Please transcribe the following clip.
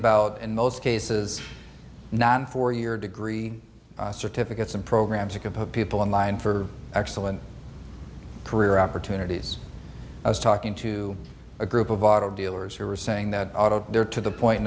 about in most cases not in four year degree certificates and programs you can put people in line for excellent career opportunities i was talking to a group of auto dealers who are saying that they are to the point